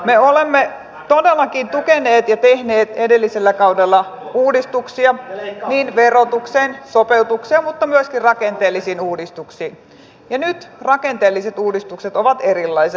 me olemme todellakin tukeneet ja tehneet edellisellä kaudella uudistuksia niin verotuksella kuin sopeutuksilla mutta myöskin rakenteellisia uudistuksia ja nyt rakenteelliset uudistukset ovat erilaiset